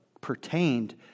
pertained